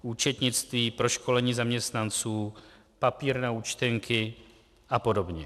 Účetnictví, proškolení zaměstnanců, papír na účtenky apod.